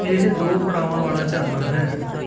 ਇਹ ਦੋ ਪੜਾਵਾਂ ਵਾਲਾ ਝਰਨਾ ਹੈ